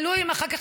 ואפילו אחר כך,